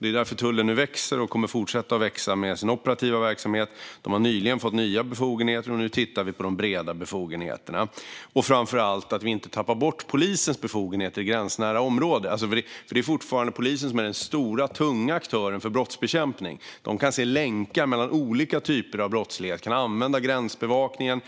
Det är därför som tullen nu växer och kommer att fortsätta växa med sin operativa verksamhet. De har nyligen fått nya befogenheter, och nu tittar vi på de breda befogenheterna. Framför allt får vi inte tappa bort polisens befogenheter i gränsnära områden. Det är nämligen fortfarande polisen som är den stora och tunga aktören för brottsbekämpning. De kan se länkar mellan olika typer av brottslighet och kan använda gränsbevakningen,